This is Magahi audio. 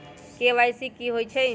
के.वाई.सी कि होई छई?